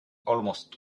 almost